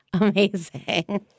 amazing